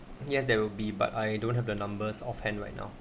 yes there will be but I don't have the numbers on hand right now